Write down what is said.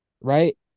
Right